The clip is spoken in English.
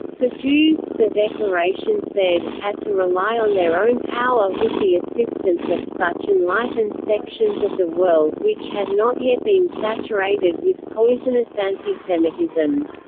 the jews, the declaration said, had to rely on their own power with the assistance of such enlightened sections of the world which had not yet been saturated with poisonous anti-semitism.